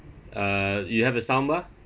uh you have a soundbar